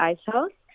Icehouse